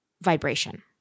vibration